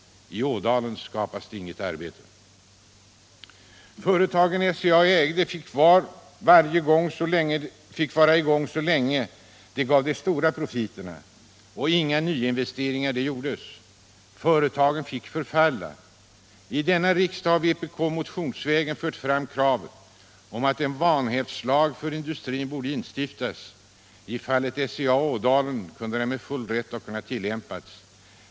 I Ådalen skapar det inget arbete. De företag som SCA ägde fick vara i gång så länge som de gav stora profiter. Inga nyinvesteringar gjordes. Företagen fick förfalla. I denna riksdag har vpk motionsvägen fört fram krav på att en vanhävdslag för industrin borde instiftas. I fallet SCA och Ådalen kunde den med full rätt ha kunnat tillämpas.